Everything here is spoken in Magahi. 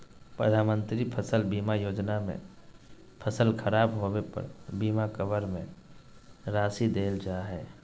प्रधानमंत्री फसल बीमा योजना में फसल खराब होबे पर बीमा कवर में राशि देल जा हइ